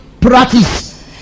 practice